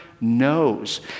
knows